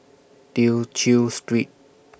Tew Chew Street